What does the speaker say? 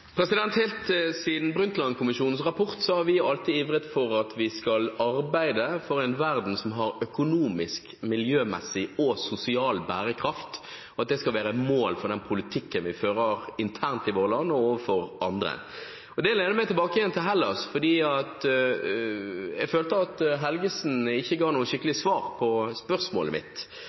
Helt siden Brundtland-kommisjonens rapport har vi alltid ivret for at vi skal arbeide for en verden som har økonomisk, miljømessig og sosial bærekraft, og at det skal være et mål for den politikken vi fører internt i vårt land, og overfor andre. Det leder meg tilbake igjen til Hellas, for jeg følte at Helgesen ikke ga noe skikkelig svar på spørsmålet mitt